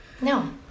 No